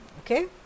okay